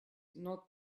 not